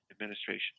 Administration